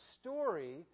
story